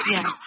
Yes